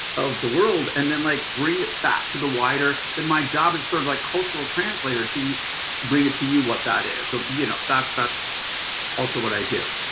of the world and then like bring it back to the wider, then my job is sort of like cultural translator to bring it to you what that is. so you know, that that's also what i do.